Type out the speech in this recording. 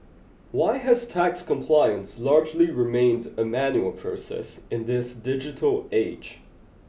why has tax compliance largely remained a manual process in this digital age